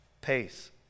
pace